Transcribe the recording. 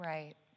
Right